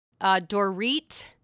Dorit